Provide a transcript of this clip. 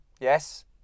Yes